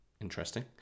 interesting